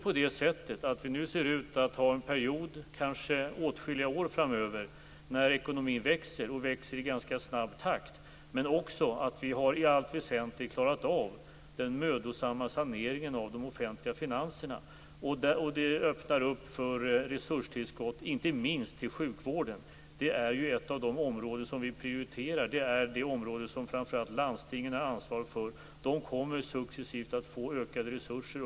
Vi ser nu ut att ha en period, kanske åtskilliga år, framför oss när ekonomin växer i ganska snabb takt. Vi har också i allt väsentligt klarat av den mödosamma saneringen av de offentliga finanserna. Det öppnar för resurstillskott - inte minst till sjukvården, som ju är ett av de områden som vi prioriterar och som framför allt landstingen har ansvaret för. De kommer under de närmaste åren att successivt få ökade resurser.